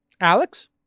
Alex